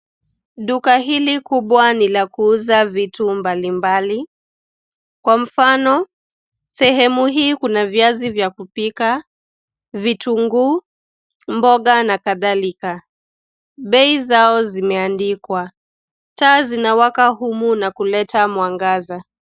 Duka hili kubwa ni la kuuza vitu mbalimbali. Kwa mfano, sehemu hii kuna viazi vya kupika, vitunguu, mboga na kadhalika. Bei zao zimeandikwa. Taa zinawaka humu na kuleta mwangaza.